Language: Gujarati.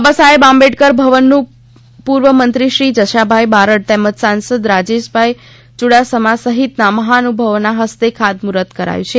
બાબાસાહેબ આંબેડકર ભવનનું પૂર્વ મંત્રી શ્રી જશાભાઈ બારડ તેમજ સાંસદ રાજેશભાઈ યુડાસમા સહિતના મહાનુભાવોના હસ્તે ખાતમુહૂર્ત કરાયું છે